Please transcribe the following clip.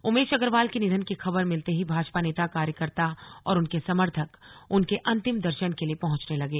उमेश अग्रवाल के निधन की खबर मिलते ही भाजपा नेता कार्यकर्ता और उनके समर्थक उनके अंतिम दर्शन के लिए पहुंचने लगे